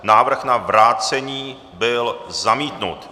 Návrh na vrácení byl zamítnut.